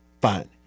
fine